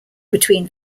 between